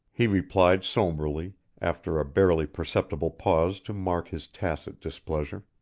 he replied sombrely, after a barely perceptible pause to mark his tacit displeasure.